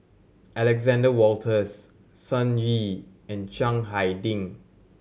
Alexander Wolters Sun Yee and Chiang Hai Ding